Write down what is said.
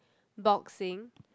boxing